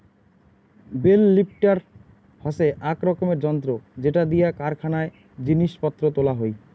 bell lifter হসে আক রকমের যন্ত্র যেটা দিয়া কারখানায় জিনিস পত্র তোলা হই